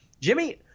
Jimmy